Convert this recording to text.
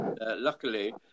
Luckily